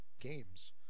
games